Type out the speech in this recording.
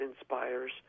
inspires